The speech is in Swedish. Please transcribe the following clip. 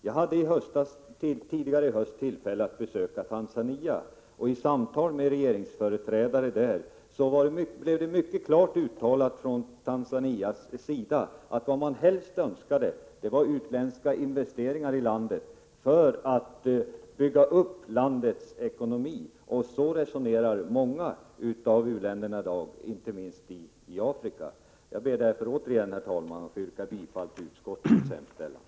Jag hade tidigare i höst tillfälle att besöka Tanzania. Av samtal med regeringsföreträdare där framgick det mycket klart att man från Tanzanias sida helst önskade utländska investeringar i landet, för att bygga upp landets ekonomi. Många av u-länderna — inte minst i Afrika — resonerar i dag på det sättet. Herr talman! Jag ber därför återigen att få yrka bifall till utskottets hemställan.